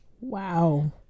Wow